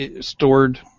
stored